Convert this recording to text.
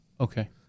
Okay